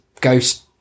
ghost